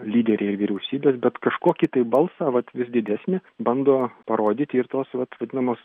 lyderiai ir vyriausybės bet kažkokį tai balsą vat vis didesnį bando parodyti ir tos vat vadinamos